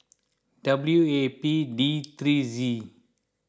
W A P D three Z